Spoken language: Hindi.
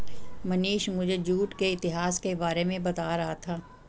मनीष मुझे जूट के इतिहास के बारे में बता रहा था